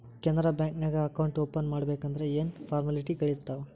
Canara bank ನ್ಯಾಗ account open ಮಾಡ್ಬೇಕಂದರ ಯೇನ್ ಫಾರ್ಮಾಲಿಟಿಗಳಿರ್ತಾವ?